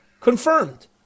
confirmed